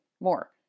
more